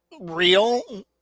real